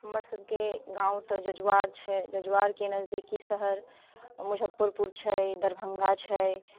हमर सभके गाँव तऽ जजुआर छै जजुआरके नजदीकी शहर मुजफ्फरपुर छै दरभङ्गा छै